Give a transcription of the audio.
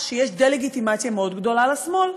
שיש דה-לגיטימציה מאוד גדולה של השמאל,